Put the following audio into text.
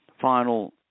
final